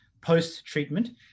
post-treatment